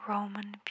Roman